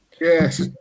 Yes